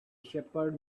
shepherd